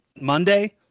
Monday